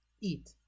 eat